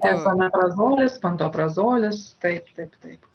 ezomeprazolispantoprazolis taip taip taip